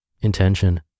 Intention